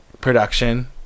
production